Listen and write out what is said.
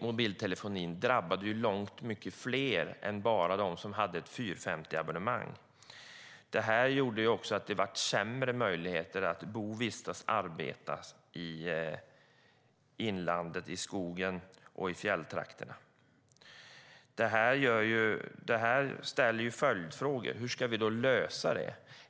mobiltelefonin drabbade ju långt många fler än bara de som hade ett 450-abonnemang. Det här gjorde också att det blev sämre möjligheter att bo, vistas och arbeta i inlandet, i skogen och i fjälltrakterna. Det här väcker följdfrågor. Hur ska vi lösa detta?